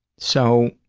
so,